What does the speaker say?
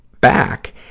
back